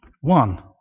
One